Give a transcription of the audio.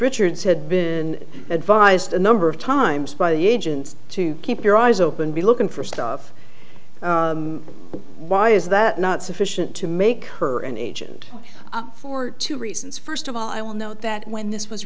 richards had been advised a number of times by the agents to keep your eyes open be looking for stuff why is that not sufficient to make her an agent for two reasons first of all i will note that when this was